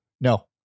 No